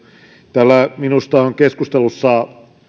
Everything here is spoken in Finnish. täällä minusta ovat keskustelussa